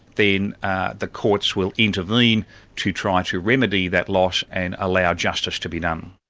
then the courts will intervene to try and to remedy that loss and allow justice to be done.